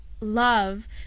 love